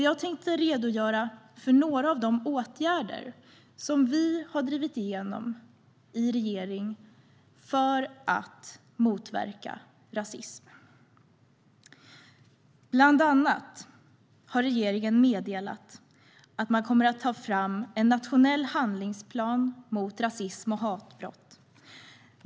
Jag tänkte redogöra för några av de åtgärder som vi har drivit igenom i regeringen för att motverka rasism. Bland annat har regeringen meddelat att man kommer att ta fram en nationell handlingsplan mot rasism och hatbrott.